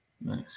Nice